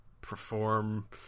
perform